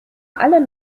alle